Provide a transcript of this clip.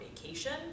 vacation